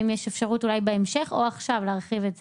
האם יש אפשרות אולי בהמשך או עכשיו להרחיב את זה?